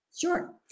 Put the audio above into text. Sure